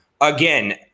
again